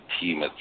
team